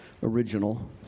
original